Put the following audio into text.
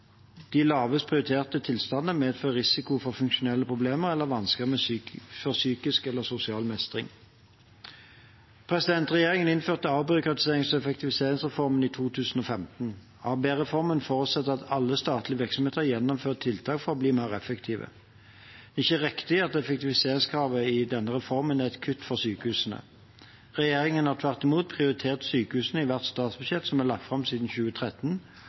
de lavest prioriterte tilstandene medfører risiko for funksjonelle problemer eller vansker med psykisk eller sosial mestring. Regjeringen innførte avbyråkratiserings- og effektiviseringsreformen i 2015. ABE-reformen forutsetter at alle statlige virksomheter gjennomfører tiltak for å bli mer effektive. Det er ikke riktig at effektiviseringskravet i denne reformen er et kutt for sykehusene. Regjeringen har tvert imot prioritert sykehusene i hvert statsbudsjett som er lagt fram siden 2013,